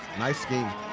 nice scheme.